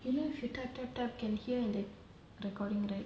you know if type type type can hear in the recording right